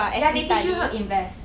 ya they teach you how to invest